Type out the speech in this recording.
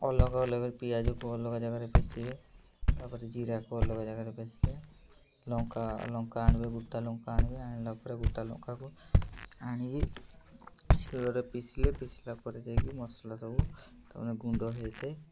ଅଲଗା ଅଲଗା ପିଆଜକୁ ଅଲଗା ଜାଗାରେ ପେଷିବେ ତା'ପରେ ଜିରାକୁ ଅଲଗା ଜାଗାରେ ପେଷିବେ ଲଙ୍କା ଲଙ୍କା ଆଣିବେ ଗୁଟା ଲଙ୍କା ଆଣିବେ ଆଣିଲା ପରେ ଗୁଟା ଲଙ୍କାକୁ ଆଣିକି ଶିଳରେ ପିଷିଲେ ପିଷିଲା ପରେ ଯାଇକି ମସଲା ସବୁ ତା ଗୁଣ୍ଡ ହେଇଥାଏ